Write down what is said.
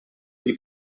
gli